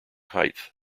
height